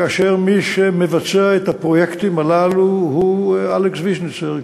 ומי שמבצע את הפרויקטים הללו הוא אלכס ויז'ניצר,